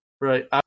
Right